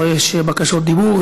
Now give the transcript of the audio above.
אבל יש בקשות דיבור.